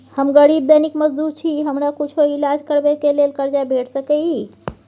हम गरीब दैनिक मजदूर छी, हमरा कुछो ईलाज करबै के लेल कर्जा भेट सकै इ?